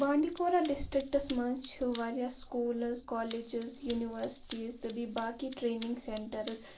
بانٛڈی پورہ ڈِسٹِرٛکٹَس منٛز چھُ واریاہ سکوٗلٕز کالیجِز یوٗنیورسٹیٖز تہٕ بیٚیہِ باقٕے ٹرٛینِنٛگ سینٹرٕز